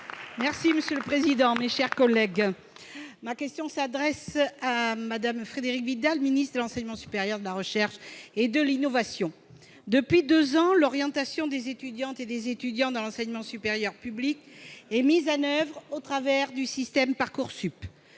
Cartron, pour le groupe La République En Marche. Ma question s'adresse à Mme Frédérique Vidal, ministre de l'enseignement supérieur, de la recherche et de l'innovation. Depuis deux ans, l'orientation des étudiantes et des étudiants dans l'enseignement supérieur public s'effectue au travers du système Parcoursup.